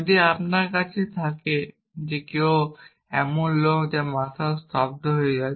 যদি আপনার কাছে থাকে যে কেউ এমন লোক যারা মাতাল স্তব্ধ হয়